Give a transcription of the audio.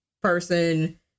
person